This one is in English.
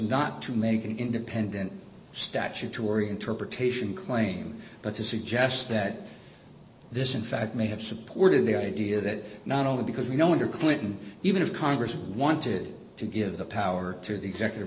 not to making independent statutory interpretation claim but to suggest that this in fact may have supported the idea that not only because we know wonder clinton even of congress is wanted to give the power to the executive